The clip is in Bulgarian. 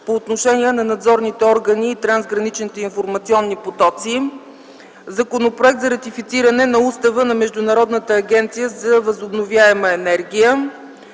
по отношение на надзорните органи и трансграничните информационни потоци. Законопроект за ратифициране на Устава на Международната агенция за възобновяема енергия.